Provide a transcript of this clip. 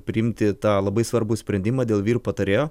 priimti tą labai svarbų sprendimą dėl vyr patarėjo